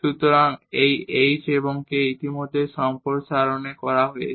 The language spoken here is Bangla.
সুতরাং এই h এবং k ইতিমধ্যেই সম্প্রসারণে দেওয়া হয়েছে